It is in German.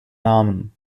namen